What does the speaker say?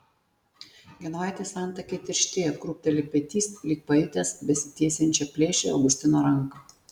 genovaitės antakiai tirštėja krūpteli petys lyg pajutęs besitiesiančią plėšrią augustino ranką